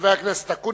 חבר הכנסת אקוניס,